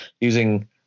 using